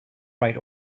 bright